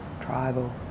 tribal